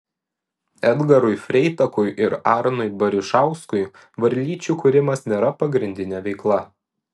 edgarui freitakui ir arnui barišauskui varlyčių kūrimas nėra pagrindinė veikla